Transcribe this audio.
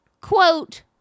quote